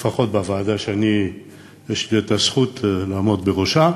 לפחות בוועדה שיש לי הזכות לעמוד בראשה,